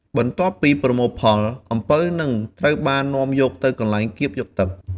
បន្ទាប់ពីប្រមូលផល អំពៅនឹងត្រូវបាននាំយកទៅកន្លែងកៀបយកទឹក។